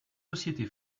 société